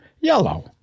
Yellow